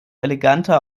eleganter